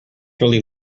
really